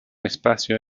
espacio